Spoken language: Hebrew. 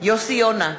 יוסי יונה,